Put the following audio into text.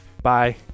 Bye